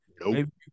Nope